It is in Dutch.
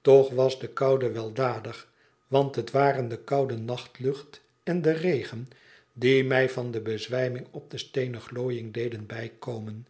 toch was de koude weldadig want het waren de koude nachtlucht en de regen die mij van de bezwijming op de steenen glooiing deden bijkomen